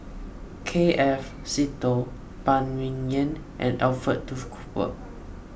K F Seetoh Phan Ming Yen and Alfred Duff Cooper